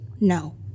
No